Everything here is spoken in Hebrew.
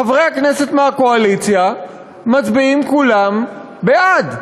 חברי הכנסת מהקואליציה מצביעים כולם בעד,